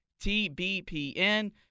TBPN